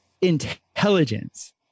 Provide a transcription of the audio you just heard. intelligence